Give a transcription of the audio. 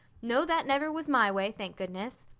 no, that never was my way, thank goodness.